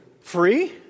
free